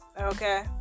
Okay